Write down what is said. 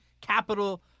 capital